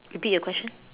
repeat your question